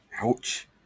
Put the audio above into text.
Ouch